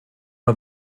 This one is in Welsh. nhw